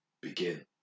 begin